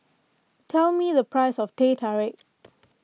tell me the price of Teh Tarik